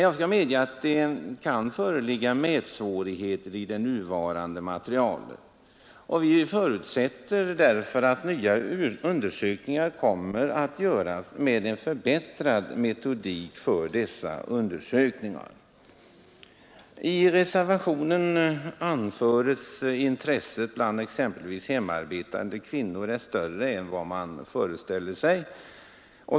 Jag medger att det kan föreligga mätsvårigheter i det nuvarande materialet. Utskottsmajoriteten förutsätter därför att nya undersökningar kommer att göras med en förbättrad metodik. I reservationen anförs att intresset bland exempelvis hemarbetande kvinnor är större än vad man föreställer sig.